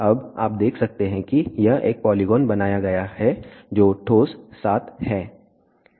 अब आप देख सकते हैं कि यह एक पोलीगोन बनाया गया है जो ठोस 7 है